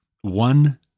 one